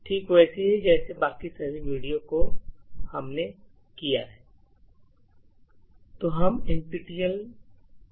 ठीक वैसे ही जैसे बाकी सभी वीडियो जो हमने किए हैं